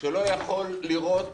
שלא יכול לראות